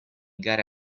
gare